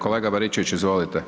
Kolega Baričević, izvolite.